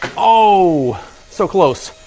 oh so close.